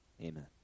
Amen